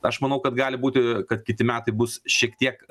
aš manau kad gali būti kad kiti metai bus šiek tiek